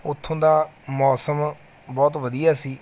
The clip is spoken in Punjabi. ਉੱਥੋਂ ਦਾ ਮੌਸਮ ਬਹੁਤ ਵਧੀਆ ਸੀ